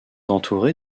entourés